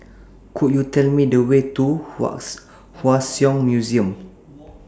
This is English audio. Could YOU Tell Me The Way to Hua Song Museum